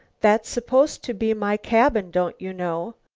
that's supposed to be my cabin, don't you know?